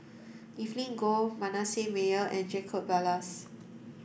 Evelyn Goh Manasseh Meyer and Jacob Ballas